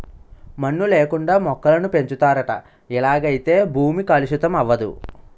మన్ను లేకుండా మొక్కలను పెంచుతారట ఇలాగైతే భూమి కలుషితం అవదు